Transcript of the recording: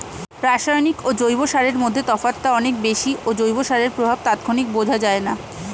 রাসায়নিক ও জৈব সারের মধ্যে তফাৎটা অনেক বেশি ও জৈব সারের প্রভাব তাৎক্ষণিকভাবে বোঝা যায়না